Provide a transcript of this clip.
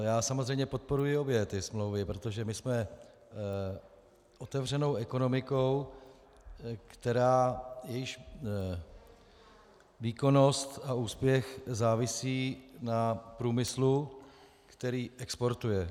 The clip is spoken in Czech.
Já samozřejmě podporuji obě ty smlouvy, protože my jsme otevřenou ekonomikou, jejíž výkonnost a úspěch závisí na průmyslu, který exportuje.